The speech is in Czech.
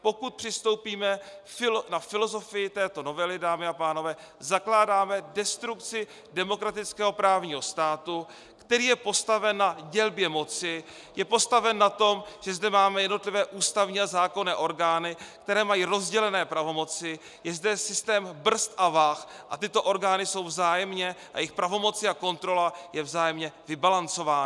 Pokud přistoupíme na filozofii této novely, dámy a pánové, zakládáme destrukci demokratického právního státu, který je postaven na dělbě moci, je postaven na tom, že zde máme jednotlivé ústavní a zákonné orgány, které mají rozdělené pravomoci, je zde systém brzd a vah a tyto orgány a jejich pravomoci a kontrola jsou vzájemně vybalancovány.